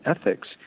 ethics